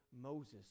Moses